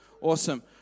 awesome